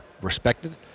respected